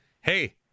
hey